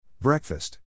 Breakfast